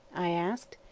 i asked.